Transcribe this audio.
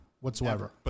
whatsoever